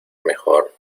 mejor